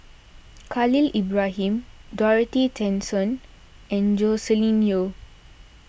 Khalil Ibrahim Dorothy Tessensohn and Joscelin Yeo